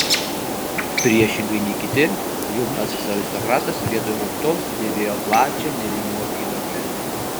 priešingai nei kiti jaunasis aristokratas vietoj rauktos dėvėjo plačią nėrinių apykaklę